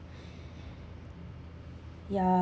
ya